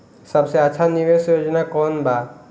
सबसे अच्छा निवेस योजना कोवन बा?